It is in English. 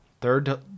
third